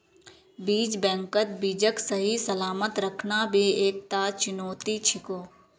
बीज बैंकत बीजक सही सलामत रखना भी एकता चुनौती छिको